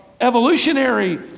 evolutionary